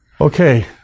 Okay